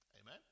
Amen